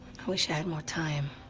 i wish i had more time.